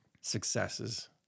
successes